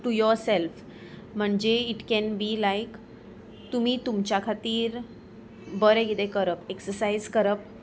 two yourself म्हणजे it can be like तुमी तुमच्या खातीर बरें कितें करप एक्ससायज करप